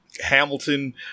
Hamilton